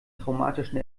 traumatischen